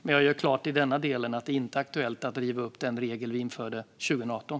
Men jag gör klart i denna del att det inte är aktuellt att riva upp den regel som vi införde 2018.